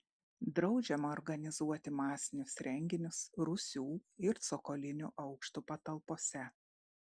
draudžiama organizuoti masinius renginius rūsių ir cokolinių aukštų patalpose